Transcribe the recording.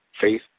Faith